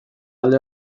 alde